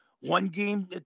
one-game